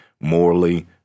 morally